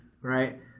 right